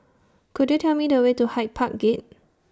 Could YOU Tell Me The Way to Hyde Park Gate